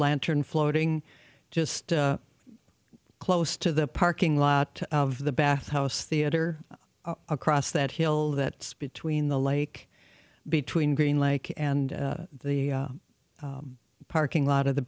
lantern floating just close to the parking lot of the bathhouse theater across that hill that's between the lake between green lake and the parking lot of the